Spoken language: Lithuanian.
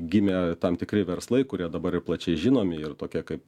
gimė tam tikri verslai kurie dabar ir plačiai žinomi ir tokie kaip